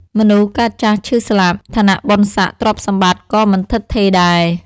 មនុស្សកើតចាស់ឈឺស្លាប់។ ឋានៈ បុណ្យស័ក្ដិ ទ្រព្យសម្បត្តិ ក៏មិនឋិតថេរដែរ។